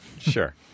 Sure